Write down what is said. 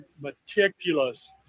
meticulous